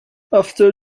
after